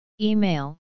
Email